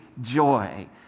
joy